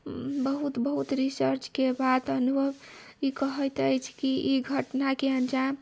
बहुत बहुत रिसर्चके बाद अनुभव ई कहैत अछि कि ई घटनाके अंजाम